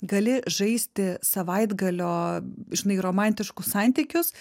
gali žaisti savaitgalio žinai romantiškus santykius